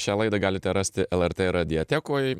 šią laidą galite rasti lrt radiotekoj